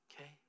Okay